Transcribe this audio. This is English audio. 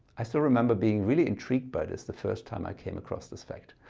i still remember being really intrigued by this the first time i came across this fact.